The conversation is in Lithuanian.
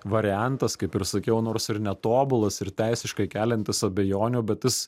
variantas kaip ir sakiau nors ir netobulas ir teisiškai keliantis abejonių bet jis